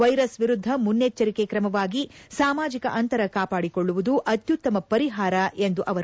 virus ವಿರುದ್ದ ಮುನ್ನೆಚ್ಚರಿಕೆ ಕ್ರಮ ಸಾಮಾಜಿಕ ಅಂತರ ಕಾಪಾದಿಕೊಳ್ಳುವುದು ಅತ್ಯುತ್ತಮ ಪರಿಹಾರ ಎಂದರು